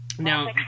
Now